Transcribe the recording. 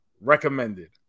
recommended